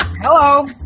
hello